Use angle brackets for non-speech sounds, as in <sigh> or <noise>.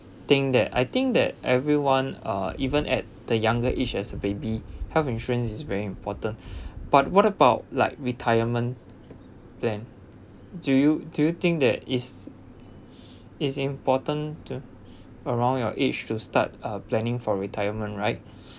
think that I think that everyone uh even at the younger age as a baby health insurance is very important <breath> but what about like retirement plan do you do you think that is is important to <breath> around your age to start uh planning for retirement right